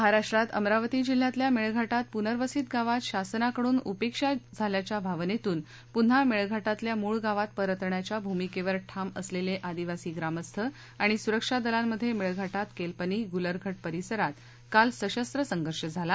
महाराष्ट्रात अमरावती जिल्ह्यातल्या मेळघाटात पुनर्वसित गावात शासनाकडून उपेक्षा झाल्याच्या भावनेतून पुन्हा मेळघाटातल्या मूळ गावात परतण्याच्या भूमिकेवर ठाम असलेले आदिवासी ग्रामस्थ आणि सुरक्षा दलामध्ये मेळघाटात केलपनी गुलरघट परिसरात काल सशस्त्र संघर्ष झाला